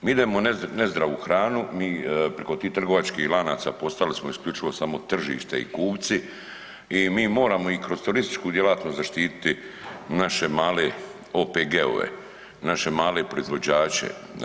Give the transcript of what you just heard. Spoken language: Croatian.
Mi idemo nezdravu hranu, mi priko tih trgovačkih lanaca postali smo isključivo samo tržište i kupci i mi moramo i kroz turističku djelatnost zaštiti naše male OPG-ove, naše male proizvođače.